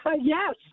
Yes